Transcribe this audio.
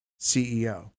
CEO